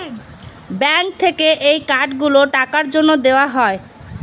bank থেকে এই card গুলো টাকার জন্যে দেওয়া হয়